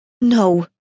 No